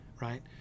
Right